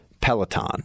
Peloton